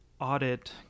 audit